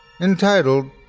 entitled